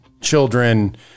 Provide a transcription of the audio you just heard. children